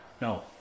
no